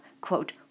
quote